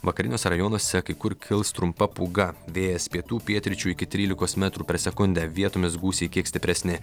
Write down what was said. vakariniuose rajonuose kai kur kils trumpa pūga vėjas pietų pietryčių iki trylikos metrų per sekundę vietomis gūsiai kiek stipresni